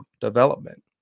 development